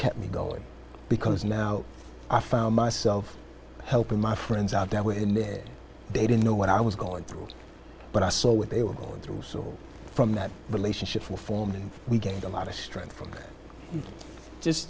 kept me going because now i found myself helping my friends out that way and they didn't know what i was going through but i saw what they were going through so from that relationship will form and we gained a lot of strength from just